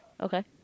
Okay